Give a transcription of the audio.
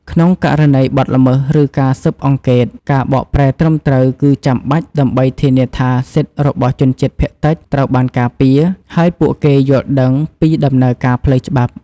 ក្នុងករណីបទល្មើស ឬការស៊ើបអង្កេត ការបកប្រែត្រឹមត្រូវគឺចាំបាច់ដើម្បីធានាថាសិទ្ធិរបស់ជនជាតិភាគតិចត្រូវបានការពារ ហើយពួកគេយល់ដឹងពីដំណើរការផ្លូវច្បាប់។